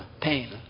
pain